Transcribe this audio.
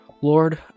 Lord